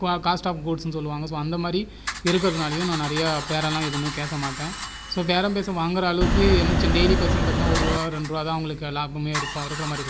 cost of கூட்ஸ்னு சொல்லுவாங்கள் so அந்த மாதிரி இருககிறதுனாலயும் நான் நிறையா பேரால எதுவுமே பேச மாட்ட ஸோ பேரம் பேசி வாங்குற அளவுக்கு டெய்லி பெர்சன் பார்த்தீங்கன்னா ஒரு ரூபாய் ரெண்டு ரூபாய்தா அவங்களுக்கு லாபமே இருக்கும் இருக்கிற மாதிரி இருக்கும்